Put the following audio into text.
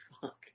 fuck